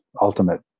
ultimate